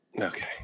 Okay